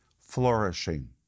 flourishing